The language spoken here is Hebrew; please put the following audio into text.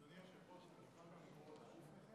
אדוני היושב-ראש, אני אוכל לקרוא הודעה לפני כן?